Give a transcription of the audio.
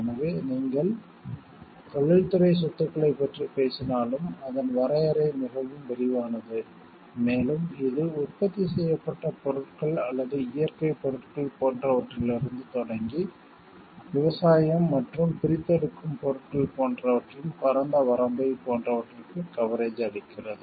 எனவே நீங்கள் தொழில்துறை சொத்துகளைப் பற்றி பேசினாலும் அதன் வரையறை மிகவும் விரிவானது மேலும் இது உற்பத்தி செய்யப்பட்ட பொருட்கள் அல்லது இயற்கை பொருட்கள் போன்றவற்றிலிருந்து தொடங்கி விவசாயம் மற்றும் பிரித்தெடுக்கும் பொருட்கள் போன்றவற்றின் பரந்த வரம்பைப் போன்றவற்றுக்கு கவரேஜ் அளிக்கிறது